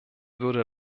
würde